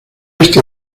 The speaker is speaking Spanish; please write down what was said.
este